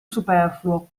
superfluo